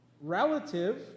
relative